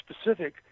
specific